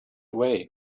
way